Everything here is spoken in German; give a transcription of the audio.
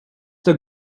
der